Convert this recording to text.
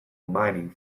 mining